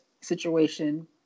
situation